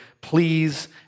please